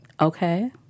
Okay